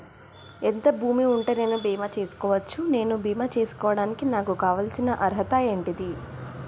ఎంత భూమి ఉంటే నేను బీమా చేసుకోవచ్చు? నేను బీమా చేసుకోవడానికి నాకు కావాల్సిన అర్హత ఏంటిది?